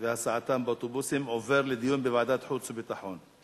ולהסיעם באוטובוסים עובר לדיון בוועדת חוץ וביטחון.